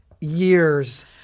years